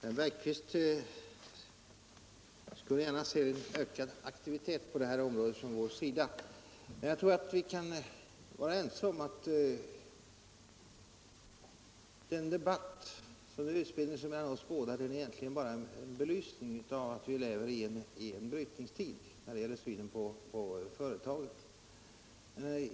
Fru talman! På detta område skulle herr Bergqvist gärna se ökad aktivitet från vår sida. Men jag tror att herr Bergqvist och jag kan vara ense om att den debatt som nu utspinner sig mellan oss båda egentligen bara är en belysning av att vi lever i en brytningstid när det gäller synen på företagen.